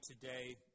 today